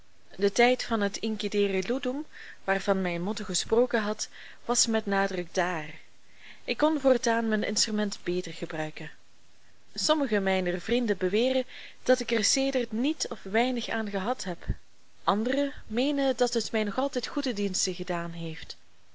de tijd van het incidere ludum waarvan mijn motto gesproken had was met nadruk daar ik kon voortaan mijn instrument beter gebruiken sommige mijner vrienden beweren dat ik er sedert niet of weinig aan gehad heb andere meenen dat het mij nog altijd goede diensten gedaan heeft